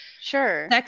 sure